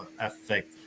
effect